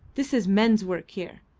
this is men's work here.